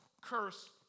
curse